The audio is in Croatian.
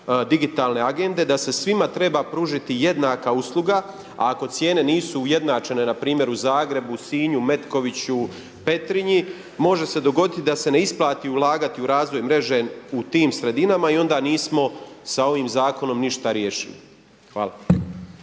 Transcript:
digitalne Agende da se svima treba pružiti jednaka usluga. A ako cijene nisu ujednačene na primjer u Zagrebu, Sinju, Metkoviću, Petrinji može se dogoditi da se ne isplati ulagati u razvoj mreže u tim sredinama i onda nismo sa ovim zakonom ništa riješili. Hvala.